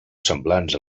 semblants